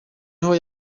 naho